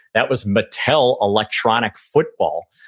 that was mattel electronic football,